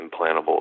implantable